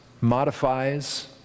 modifies